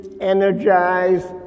energized